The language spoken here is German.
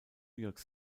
york